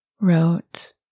wrote